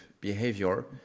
behavior